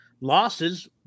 losses